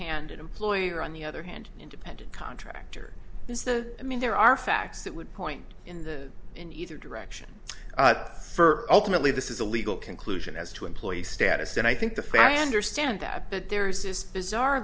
an employer on the other hand independent contractor is the i mean there are facts that would point in the in either direction but for ultimately this is a legal conclusion as to employee status and i think the fandor stand that that there is this bizarre